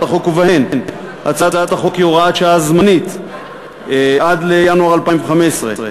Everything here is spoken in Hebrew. החוק ובהן: הצעת החוק היא הוראת שעה זמנית עד לינואר 2015,